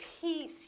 peace